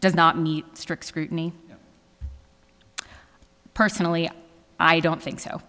does not meet strict scrutiny personally i don't think so